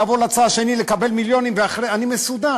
לעבור לצד השני ולקבל מיליונים ואני מסודר.